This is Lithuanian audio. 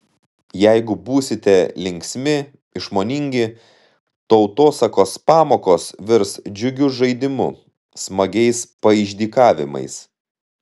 jeigu būsite linksmi išmoningi tautosakos pamokos virs džiugiu žaidimu smagiais paišdykavimais